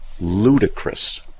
ludicrous